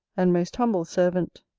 and most humble servant,